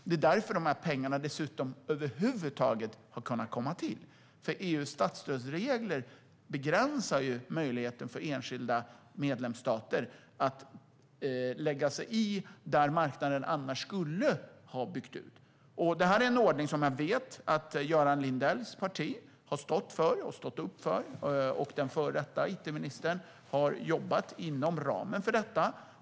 Det är därför dessa pengar över huvud taget har kunnat komma till, för EU:s statsstödsregler begränsar ju möjligheten för enskilda medlemsstater att lägga sig i där marknaden annars skulle ha byggt ut. Det är en ordning som jag vet att Göran Lindells parti har stått bakom, och den förra it-ministern jobbade inom ramen för det.